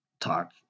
talk